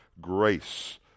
grace